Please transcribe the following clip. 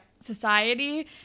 society